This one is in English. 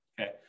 Okay